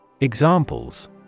Examples